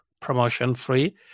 promotion-free